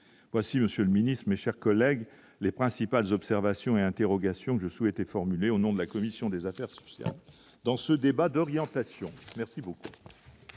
voici Monsieur le Ministre, mes chers collègues, les principales observations et interrogations que je souhaitais formulée au nom de la commission des affaires sociales dans ce débat d'orientation merci beaucoup.